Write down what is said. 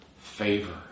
favor